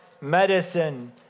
medicine